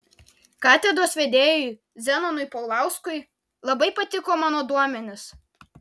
katedros vedėjui zenonui paulauskui labai patiko mano duomenys